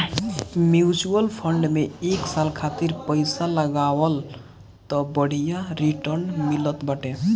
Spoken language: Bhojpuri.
म्यूच्यूअल फंड में एक साल खातिर पईसा लगावअ तअ बढ़िया रिटर्न मिलत बाटे